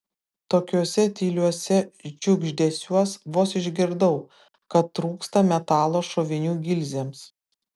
tokiuose tyliuose šiugždesiuos vos išgirdau kad trūksta metalo šovinių gilzėm